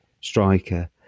striker